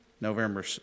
November